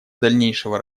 дальнейшего